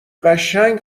قشنگ